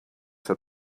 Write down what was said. had